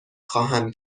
خواهم